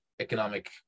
economic